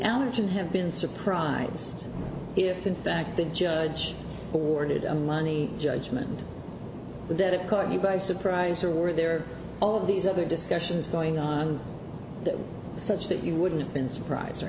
allergan have been surprised if in fact the judge ordered a money judgment and that it caught you by surprise or were there all of these other discussions going on such that you wouldn't have been surprise